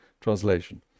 Translation